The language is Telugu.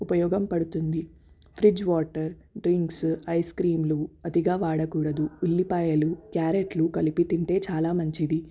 ఉపయోగం పడుతుంది ఫ్రిడ్జ్ వాటర్ డ్రింక్సు ఐస్క్రీమ్లు అతిగా వాడకూడదు ఉల్లిపాయలు క్యారెట్లు కలిపి తింటే చాలా మంచిది